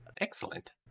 excellent